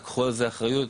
לקחו על זה אחריות,